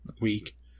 week